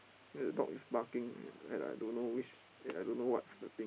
then the dog is barking at like don't know which and I don't know what's the thing